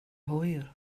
hwyr